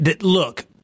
Look